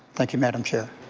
thank you madam chair.